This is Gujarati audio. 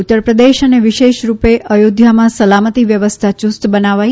ઉત્તરપ્રદેશ અને વિશેષ રૂપે અયોધ્યામાં સલામતી વ્યવસ્થા યુસ્ત બનાવાઇ